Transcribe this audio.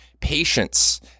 patience